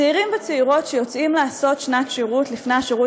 צעירים וצעירות שיוצאים לעשות שנת שירות לפני השירות